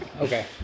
Okay